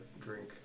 drink